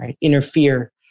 interfere